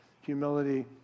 humility